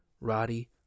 Roddy